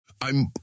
I'm